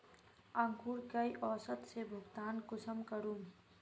अंकूर कई औसत से भुगतान कुंसम करूम?